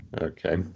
Okay